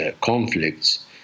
conflicts